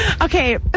Okay